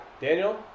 Daniel